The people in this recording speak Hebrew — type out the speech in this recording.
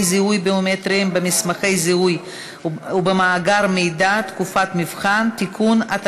זיהוי ביומטריים במסמכי זיהוי ובמאגר מידע (תקופת מבחן) (תיקון),